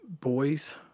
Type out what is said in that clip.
boys